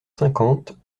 cinquante